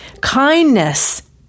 Kindness